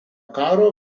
karo